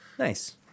Nice